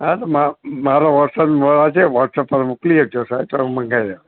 હા તો મા મારો વ્હોટસપ નંબર આ છે વ્હોટસપ પર મોકલી દેજો સાહેબ તો હું મંગાવી લઈશ